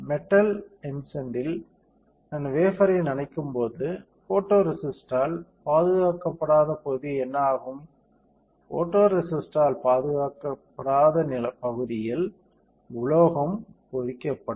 metal எட்சன்டில் நான் வேஃபர்ரை நனைக்கும்போது ஃபோட்டோரேசிஸ்ட்டால் பாதுகாக்கப்படாத பகுதி என்ன ஆகும் ஃபோட்டோரேசிஸ்ட்டால் பாதுகாக்கப்படாத பகுதியில் உலோகம் பொறிக்கப்படும்